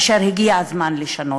אשר הגיע הזמן לשנותה.